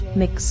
mix